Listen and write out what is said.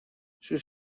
sus